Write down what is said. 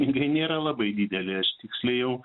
irgi nėra labai didelė aš tiksliai jau